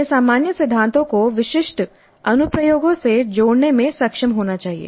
उन्हें सामान्य सिद्धांतों को विशिष्ट अनुप्रयोगों से जोड़ने में सक्षम होना चाहिए